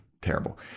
terrible